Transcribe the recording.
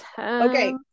okay